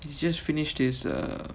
he's just finished his uh